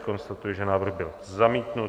Konstatuji, že návrh byl zamítnut.